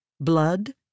blood